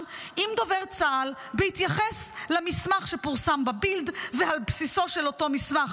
עם דובר צה"ל בהתייחס למסמך שפורסם בבילד ועל בסיסו של אותו מסמך